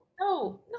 no